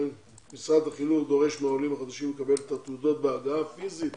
משרד החינוך דורש מהעולים החדשים לקבל את התעודות בהגעה פיזית